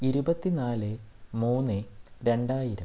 ഇരുപത്തി നാല് മൂന്ന് രണ്ടായിരം